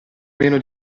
meno